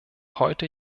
heute